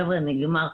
חברה נגמר,